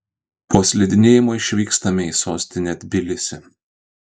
po slidinėjimo išvykstame į sostinę tbilisį